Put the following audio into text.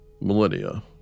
millennia